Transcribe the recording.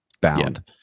bound